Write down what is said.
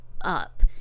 up